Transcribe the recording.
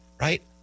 right